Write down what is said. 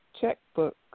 checkbook